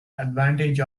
advantage